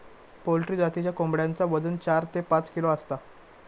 poultry जातीच्या कोंबड्यांचा वजन चार ते पाच किलो असता